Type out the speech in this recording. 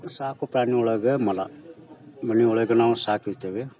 ಸಾಕು ಪ್ರಾಣಿಯೊಳಗೆ ಮೊಲ ಮನೆಯೊಳಗೆ ನಾವು ಸಾಕಿರ್ತೇವೆ